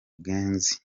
gangs